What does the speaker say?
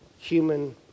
human